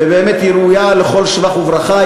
ובאמת היא ראויה לכל שבח וברכה.